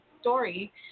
story